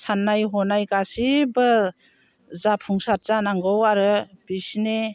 साननाय हनाय गासिबो जाफुंसार जानांगौ आरो बिसिनि